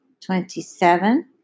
twenty-seven